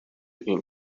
این